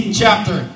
chapter